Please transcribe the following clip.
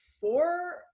four